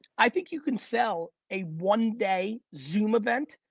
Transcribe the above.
i think you can sell a one day zoom event,